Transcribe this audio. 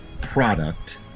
product